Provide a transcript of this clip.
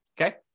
Okay